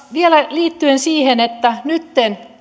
vielä liittyen siihen että nytten